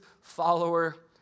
follower